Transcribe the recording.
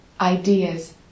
ideas